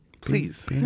Please